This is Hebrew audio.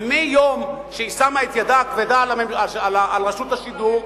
ומיום שהיא שמה את ידה הכבדה על רשות השידור,